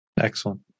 Excellent